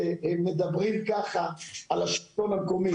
אני מבקש שתעבירו לנו את הסמכויות,